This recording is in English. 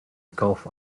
gulf